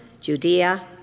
Judea